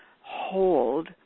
hold